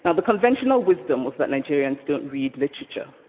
ah the conventional wisdom was that nigerians don't read literature.